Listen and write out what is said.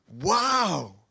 Wow